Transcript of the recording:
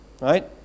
right